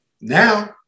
Now